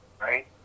right